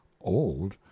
old